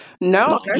No